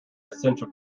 essential